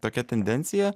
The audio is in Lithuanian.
tokia tendencija